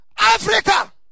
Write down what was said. Africa